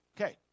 Okay